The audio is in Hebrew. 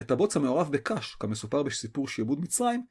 את הבוץ המעורב בקש, כמסופר בסיפור שעבוד מצרים...